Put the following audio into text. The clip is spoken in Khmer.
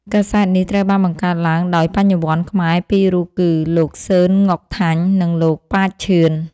កាសែតនេះត្រូវបានបង្កើតឡើងដោយបញ្ញវន្តខ្មែរពីររូបគឺ លោក សឺន ង៉ុកថាញ់ និងលោក ប៉ាច ឈឿន។